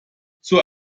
zur